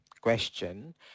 question